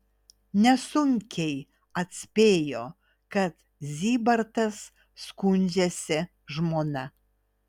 nesunkiai atspėjo kad zybartas skundžiasi žmona